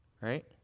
right